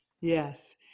Yes